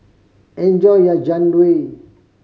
enjoy your Jian Dui